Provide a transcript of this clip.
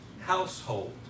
household